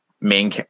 main